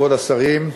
כבוד השרים,